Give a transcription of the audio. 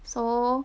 so